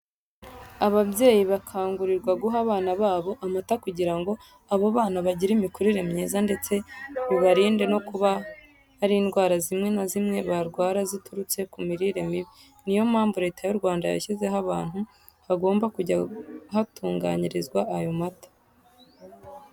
Ababyeyi bakangurirwa guha abana babo amata kugira ngo abo bana bagire imikurire myiza ndetse bibarinde no kuba hari indwara zimwe na zimwe barwara ziturutse ku mirire mibi. Niyo mpamvu Leta y'u Rwanda yashyizeho ahantu hagomba kujya hatunganyirizwa ayo mata.